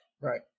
Right